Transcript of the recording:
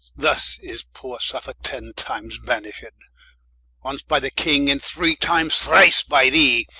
thus is poore suffolke ten times banished, once by the king, and three times thrice by thee.